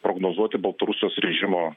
prognozuoti baltarusijos režimo